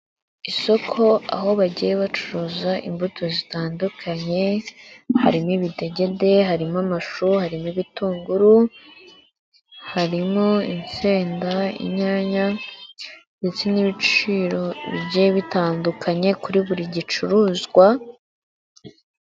Isoko aho bagiye bacuruza imbuto zitandukanye harimo ibidegede, harimo amashuri, harimo ibitunguru, harimo insenda, inyanya ndetse n'ibiciro bigiye bitandukanye kuri buri gicuruzwa.